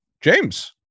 James